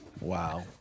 Wow